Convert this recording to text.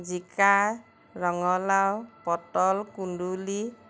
জিকা ৰঙালাও পটল কুন্দুলি